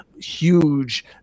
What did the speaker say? huge